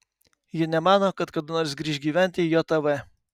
ji nemano kad kada nors grįš gyventi į jav